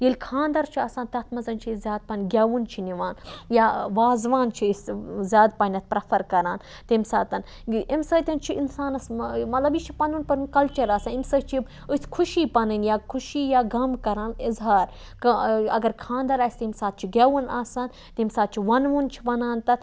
ییٚلہِ کھانٛدَر چھُ آسان تَتھ مَنٛز چھِ أسۍ زیاد پَہَن گیٚوُن چھِ نِوان یا وازوان چھِ أسۍ زیادٕ پَہنَتھ پریٚفَر کَران تمہِ ساتَن امہِ سۭتۍ چھُ اِنسانَس مَطلَب یہِ چھُ پَنُن پَنُن کَلچَر آسان امہِ سۭتۍ چھِ أسۍ خوشی پَنٕنۍ یا خوشی یا غَم کَران اِظہار اگر کھانٛدَر آسہِ تمہِ ساتہٕ چھُ گیٚوُن آسان تمہِ ساتہٕ چھِ وَنوُن چھِ وَنان تتھ